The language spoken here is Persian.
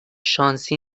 شانسی